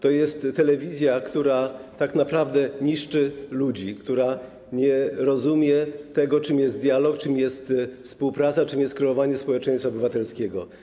To jest telewizja, która tak naprawdę niszczy ludzi, która nie rozumie tego, czym jest dialog, czym jest współpraca, czym jest kreowanie społeczeństwa obywatelskiego.